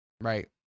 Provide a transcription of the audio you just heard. Right